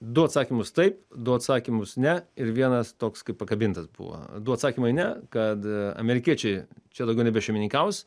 du atsakymus taip du atsakymus ne ir vienas toks kaip pakabintas buvo du atsakymai ne kad amerikiečiai čia daugiau nebešeimininkaus